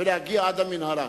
ולהגיע עד למנהרה.